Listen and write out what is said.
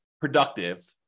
productive